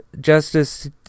Justice